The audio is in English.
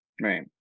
Right